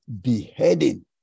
beheading